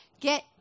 Get